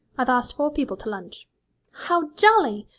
i've asked four people to lunch how jolly!